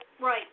Right